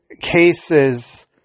cases